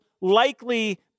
likely